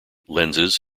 lenses